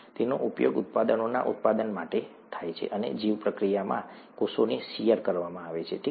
તેનો ઉપયોગ ઉત્પાદનોના ઉત્પાદન માટે થાય છે અને જીવપ્રક્રિયામાં કોષોને શીયર કરવામાં આવે છે ઠીક છે